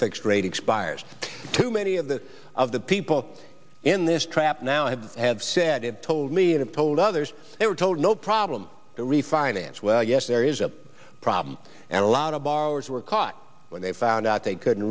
fixed rate expires too many of the of the people in this trap now i have said have told me and told others they were told no problem to refinance well yes there is a problem and a lot of borrowers were caught when they found out they couldn't